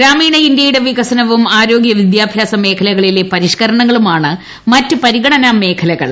ഗ്രാമീണ ഇന്ത്യയുടെ വികസനവും ആരോഗ്യ വിദ്യാഭ്യാസ മേഖലകളിലെ പരിഷ്ക്കരണങ്ങളുമാണ് മറ്റ് പരിഗണന മേഖലകൾ